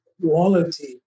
quality